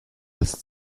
als